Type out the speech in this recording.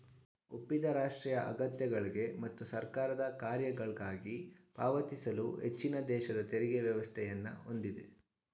ಒಪ್ಪಿದ ರಾಷ್ಟ್ರೀಯ ಅಗತ್ಯಗಳ್ಗೆ ಮತ್ತು ಸರ್ಕಾರದ ಕಾರ್ಯಗಳ್ಗಾಗಿ ಪಾವತಿಸಲು ಹೆಚ್ಚಿನದೇಶದ ತೆರಿಗೆ ವ್ಯವಸ್ಥೆಯನ್ನ ಹೊಂದಿದೆ